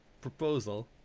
proposal